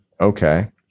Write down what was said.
Okay